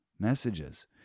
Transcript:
messages